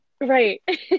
Right